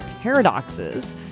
paradoxes